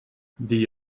the